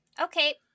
Okay